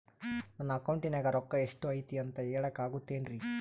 ನನ್ನ ಅಕೌಂಟಿನ್ಯಾಗ ರೊಕ್ಕ ಎಷ್ಟು ಐತಿ ಅಂತ ಹೇಳಕ ಆಗುತ್ತೆನ್ರಿ?